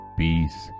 peace